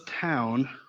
town